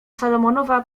salomonowa